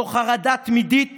תוך חרדה תמידית